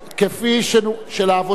של העבודה לבד,